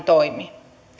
toimi